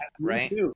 right